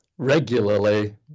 regularly